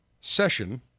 session